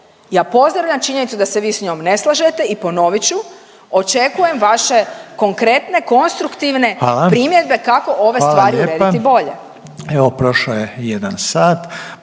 Ja pozdravljam činjenicu da se vi s njom ne slažete i ponovit ću očekujem vaše konkretne, konstruktivne …/Upadica Željko